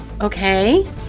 Okay